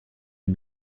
est